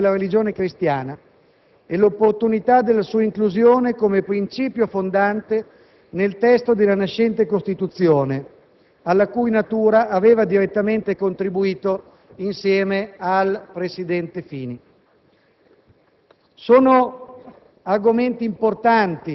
pubblicamente riconosceva il valore identitario per l'Europa della religione cristiana e l'opportunità della sua inclusione come principio fondante nel testo della nascente Costituzione, alla cui natura aveva direttamente contribuito insieme al presidente Fini.